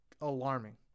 alarming